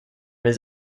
his